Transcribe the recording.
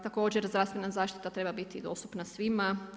Također, zdravstvena zaštita treba biti dostupna svima.